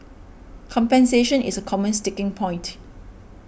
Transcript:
compensation is a common sticking point